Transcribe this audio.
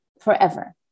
forever